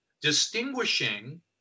distinguishing